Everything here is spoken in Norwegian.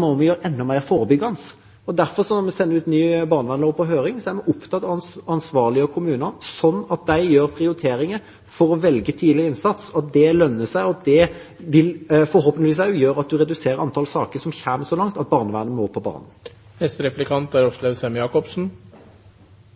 må vi gjøre enda mer forebyggende. Når vi sender ut ny barnevernslov på høring, er vi derfor opptatt av å ansvarliggjøre kommunene sånn at de gjør prioriteringer for å velge tidlig innsats. Det lønner seg, og det vil forhåpentligvis også gjøre at en reduserer antall saker som kommer så langt at barnevernet må på banen. Jeg syns, som representanten Henriksen, at det er